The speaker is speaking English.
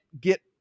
get